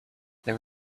there